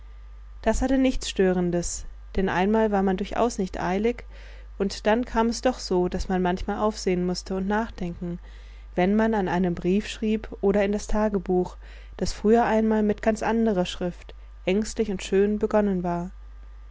das hatte nichts störendes denn einmal war man durchaus nicht eilig und dann kam es doch so daß man manchmal aufsehen mußte und nachdenken wenn man an einem brief schrieb oder in das tagebuch das früher einmal mit ganz anderer schrift ängstlich und schön begonnen war